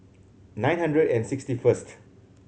nine hundred and sixty first